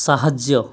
ସାହାଯ୍ୟ